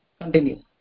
continue